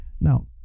Now